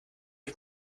ich